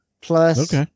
Plus